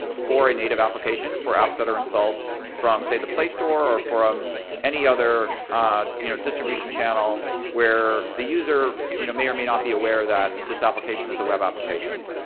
for a native application, for apps that are installed from, say, the play store, or from any other you know distribution channel where the user you know may or may not be aware that this application is a web application.